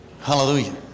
Hallelujah